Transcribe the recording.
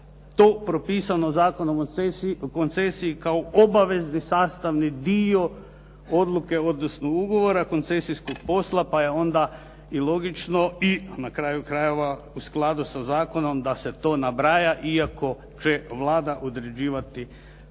je to propisano Zakonom o koncesiji kao obavezni sastavni dio odluke odnosno ugovora koncesijskog posla, pa je onda i logično i na kraju krajeva u skladu sa zakonom da se to nabraja iako će Vlada određivati taj iznos.